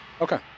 Okay